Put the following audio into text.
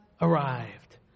arrived